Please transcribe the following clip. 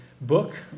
book